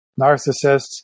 narcissists